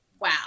wow